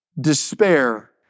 Despair